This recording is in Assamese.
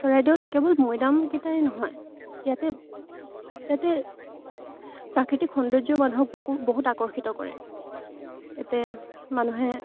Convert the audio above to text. চৰাইদেউত কেৱল মৈদামকেইটাই নহয় ইয়াতে ইয়াতে প্ৰাকৃতিক সৌন্দৰ্যও মানুহক বহুত আকৰ্ষিত কৰে ইয়াতে মানুহে